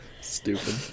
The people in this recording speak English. Stupid